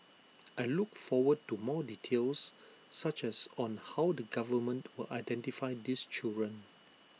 I look forward to more details such as on how the government will identify these children